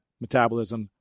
metabolism